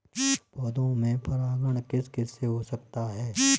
पौधों में परागण किस किससे हो सकता है?